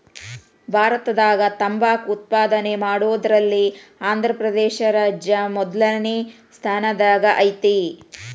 ಭಾರತದಾಗ ತಂಬಾಕ್ ಉತ್ಪಾದನೆ ಮಾಡೋದ್ರಲ್ಲಿ ಆಂಧ್ರಪ್ರದೇಶ ರಾಜ್ಯ ಮೊದಲ್ನೇ ಸ್ಥಾನದಾಗ ಐತಿ